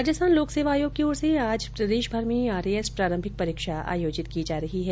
राजस्थान लोक सेवा आयोग की ओर से आज प्रदेशभर में आरएएस प्रारंभिक परीक्षा आयोजित की रही है